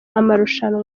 amarushanwa